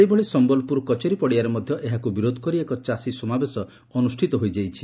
ସେହିଭଳି ସମ୍ୟଲପୁରର କଚେରୀ ପଡିଆରେ ମଧ୍ଧ ଏହାକ ବିରୋଧ କରି ଏକ ଚାଷୀ ସମାବେଶ ଅନୁଷ୍ଷିତ ହୋଇଥିଲା